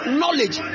knowledge